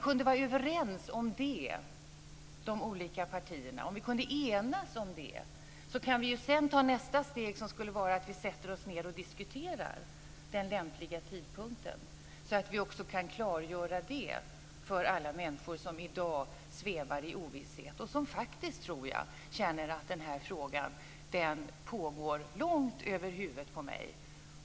Om vi i de olika partierna kunde enas om det kan vi sedan ta nästa steg som är att vi sätter oss ned och diskuterar en lämplig tidpunkt, så att vi kan klargöra också detta för alla människor som i dag svävar i ovisshet och som faktiskt känner att hanteringen av den här frågan pågår långt över huvudet på dem.